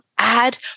add